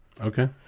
Okay